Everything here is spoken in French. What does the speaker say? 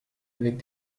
avec